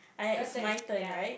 your turn yeah